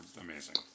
amazing